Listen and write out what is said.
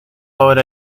hora